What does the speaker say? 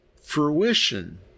fruition